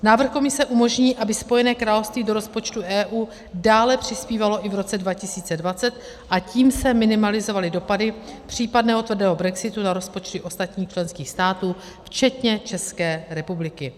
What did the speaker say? Návrh Komise umožní, aby Spojené království do rozpočtu EU dále přispívalo i v roce 2020, a tím se minimalizovaly dopady případného tvrdého brexitu na rozpočty ostatních členských států včetně České republiky.